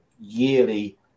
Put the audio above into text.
yearly